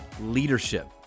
leadership